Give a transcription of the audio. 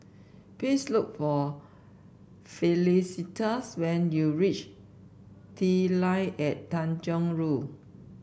please look for Felicitas when you reach The Line at Tanjong Rhu